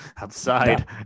outside